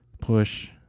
push